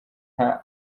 nta